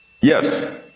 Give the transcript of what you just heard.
yes